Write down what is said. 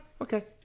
okay